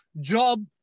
job